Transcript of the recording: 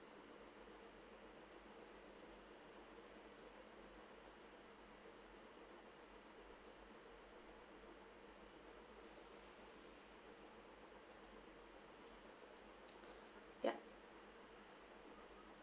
ya